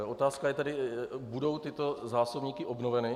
Otázka je tedy: budou tyto zásobníky obnoveny?